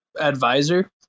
advisor